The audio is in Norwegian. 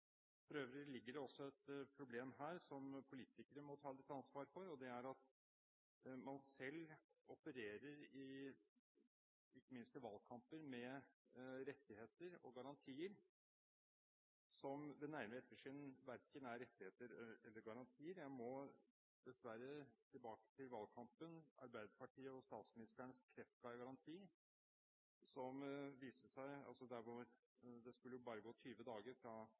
For øvrig ligger det også et problem her som politikere må ta litt ansvar for. Man opererer selv, ikke minst i valgkamper, med rettigheter og garantier som ved nærmere ettersyn verken er rettigheter eller garantier. Jeg må dessverre tilbake til valgkampen, til Arbeiderpartiets og statsministerens kreftgaranti. Det skulle bare gå 20 dager fra kreft var påvist, til behandling var i gang. Det